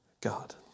God